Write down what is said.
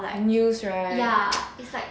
news right